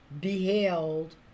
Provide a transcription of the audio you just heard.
beheld